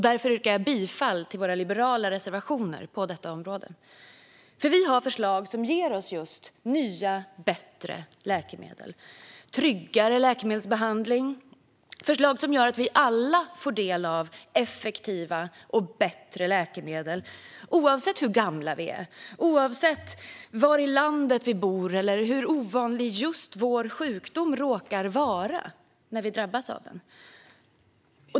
Därför yrkar jag bifall till Liberalernas reservationer på detta område. Vi har förslag som ger oss just nya, bättre läkemedel och tryggare läkemedelsbehandling - förslag som gör att vi alla får del av effektiva och bättre läkemedel oavsett hur gamla vi är, oavsett var i landet vi bor eller hur ovanlig just den sjukdom vi drabbas av råkar vara.